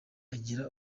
agiye